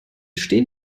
stehen